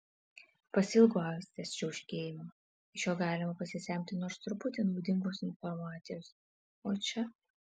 pasiilgau aistės čiauškėjimo iš jo galima pasisemti nors truputį naudingos informacijos o čia